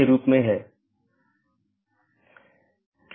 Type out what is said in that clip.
इसमें स्रोत या गंतव्य AS में ही रहते है